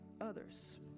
others